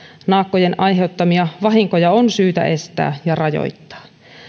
naakkojen aiheuttamia vahinkoja on syytä estää ja rajoittaa